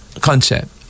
concept